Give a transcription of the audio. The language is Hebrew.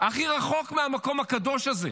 הכי רחוק מהמקום הקדוש הזה,